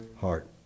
heart